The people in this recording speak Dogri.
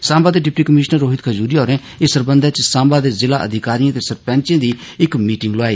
सांबा दे डिप्टी कमिशनर रोहित खजूरिया होरें इस सरबंधै च सांबा दे जिला अधिकारिएं ते सरपंचें दी इक मीटिंग लोआई